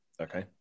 Okay